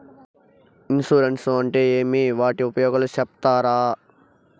Insurance అంటే ఏమి? వాటి ఉపయోగాలు సెప్తారా?